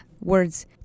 Words